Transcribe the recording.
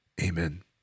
amen